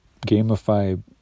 gamify